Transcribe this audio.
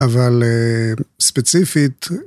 אבל ספציפית